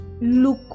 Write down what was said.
look